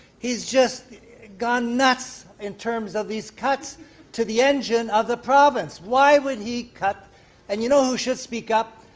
he's just gone nuts in terms of these cuts to the engine of the province. why would he cut and you know who should speak up?